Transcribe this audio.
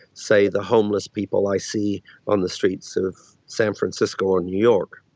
say, the homeless people i see on the streets of san francisco or new york.